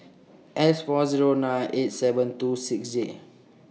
S four Zero nine eight seven two six Z